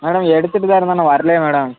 madam எடுத்துகிட்டு தான் இருக்கோம் ஆனால் வரலையே மேடம்